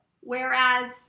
Whereas